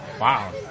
Wow